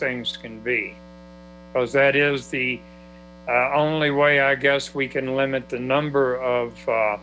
things can be close that is the only way i guess we can limit the number of